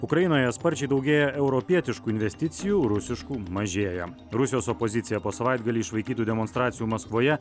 ukrainoje sparčiai daugėja europietiškų investicijų rusiškų mažėja rusijos opozicija po savaitgalį išvaikytų demonstracijų maskvoje